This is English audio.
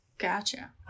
Gotcha